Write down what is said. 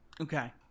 Okay